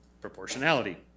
proportionality